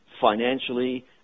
financially